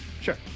sure